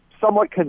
somewhat